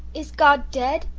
is god dead?